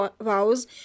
vows